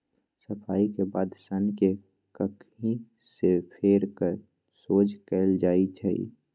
सफाई के बाद सन्न के ककहि से फेर कऽ सोझ कएल जाइ छइ